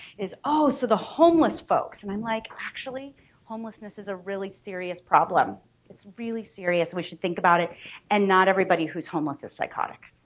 oh so the homeless folks. and i'm like actually homelessness is a really serious problem it's really serious we should think about it and not everybody who's homeless is psychotic.